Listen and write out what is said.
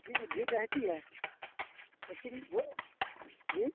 जी जी भीड़ रहती है लेकिन वह जी